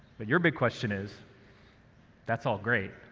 but your big question is that's all great.